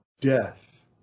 death